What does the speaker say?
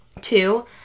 Two